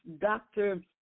doctor